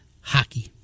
hockey